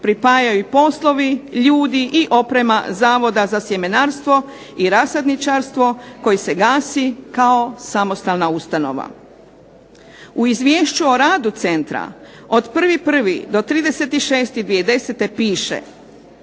pripajaju poslovi, ljudi i oprema Zavoda za sjemenarstvo i rasadničarstvo koji se gasi kao samostalna ustanova. U izvješću o radu centra od 1.1. do 30.6.2010. piše,